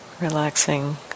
relaxing